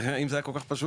אם זה היה כל כך פשוט,